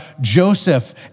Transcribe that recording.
Joseph